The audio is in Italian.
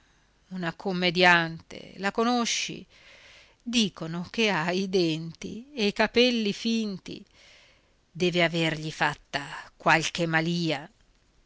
una commediante la conosci dicono che ha i denti e i capelli finti deve avergli fatta qualche malìa